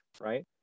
right